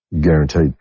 Guaranteed